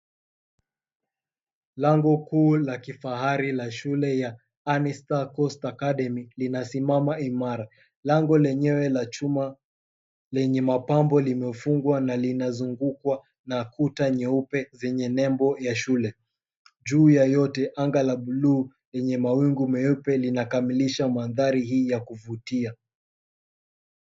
Lango kuu la kifahari la shule ya Annista Coast Academy linasimama imara. Lango lenyewe la chuma lenye mapambo limefungwa na linazungukwa na kuta nyeupe zenye nembo ya shule. Juu ya yote anga la buluu lenye mawingu meupe linakamilisha mandhari hii ya kuvutia.